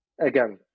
again